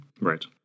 Right